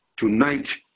Tonight